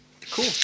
Cool